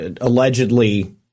Allegedly